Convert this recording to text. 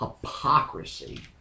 hypocrisy